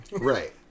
right